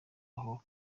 aho